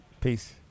peace